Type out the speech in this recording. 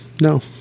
No